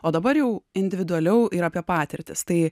o dabar jau individualiau ir apie patirtis tai